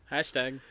Hashtag